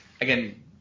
Again